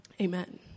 Amen